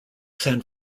san